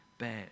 Bad